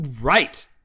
Right